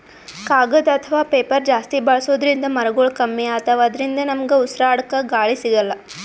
ಕಾಗದ್ ಅಥವಾ ಪೇಪರ್ ಜಾಸ್ತಿ ಬಳಸೋದ್ರಿಂದ್ ಮರಗೊಳ್ ಕಮ್ಮಿ ಅತವ್ ಅದ್ರಿನ್ದ ನಮ್ಗ್ ಉಸ್ರಾಡ್ಕ ಗಾಳಿ ಸಿಗಲ್ಲ್